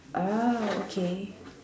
uh okay